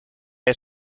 het